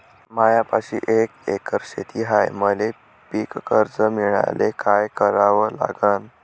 मायापाशी एक एकर शेत हाये, मले पीककर्ज मिळायले काय करावं लागन?